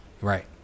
right